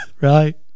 Right